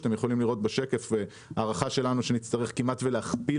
אתם יכולים לראות בשקף הערכה שלנו שנצטרך כמעט להכפיל